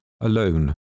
alone